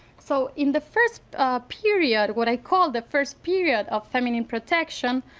so in the first period, what i call the first period of feminine protection